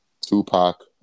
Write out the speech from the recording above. Tupac